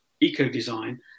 eco-design